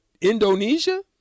Indonesia